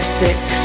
six